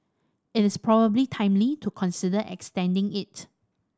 it is probably timely to consider extending it